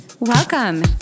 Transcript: Welcome